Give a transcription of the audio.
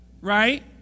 right